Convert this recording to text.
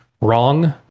wrong